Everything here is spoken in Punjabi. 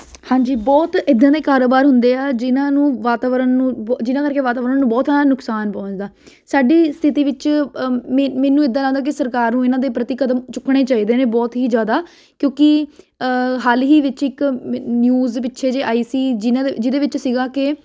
ਹਾਂਜੀ ਬਹੁਤ ਇੱਦਾਂ ਦੇ ਕਾਰੋਬਾਰ ਹੁੰਦੇ ਆ ਜਿਹਨਾਂ ਨੂੰ ਵਾਤਾਵਰਨ ਨੂੰ ਬੋ ਜਿਹਨਾਂ ਕਰਕੇ ਵਾਤਾਵਰਨ ਨੂੰ ਬਹੁਤ ਸਾਰਾ ਨੁਕਸਾਨ ਪਹੁੰਚਦਾ ਸਾਡੀ ਸਥਿਤੀ ਵਿੱਚ ਮੈਨੂੰ ਇੱਦਾਂ ਲੱਗਦਾ ਕਿ ਸਰਕਾਰ ਨੂੰ ਇਹਨਾਂ ਦੇ ਪ੍ਰਤੀ ਕਦਮ ਚੁੱਕਣੇ ਚਾਹੀਦੇ ਨੇ ਬਹੁਤ ਹੀ ਜ਼ਿਆਦਾ ਕਿਉਂਕਿ ਹਾਲ ਹੀ ਵਿੱਚ ਇੱਕ ਨਿਊਜ਼ ਪਿੱਛੇ ਜਿਹੇ ਆਈ ਸੀ ਜਿਹਨਾਂ ਦੇ ਜਿਹਦੇ ਵਿੱਚ ਸੀਗਾ ਕਿ